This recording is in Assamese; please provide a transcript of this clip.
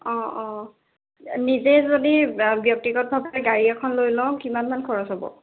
অঁ অঁ নিজে যদি ব্যক্তিগতভাৱে গাড়ী এখন লৈ লওঁ কিমান মান খৰচ হ'ব